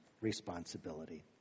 responsibility